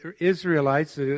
Israelites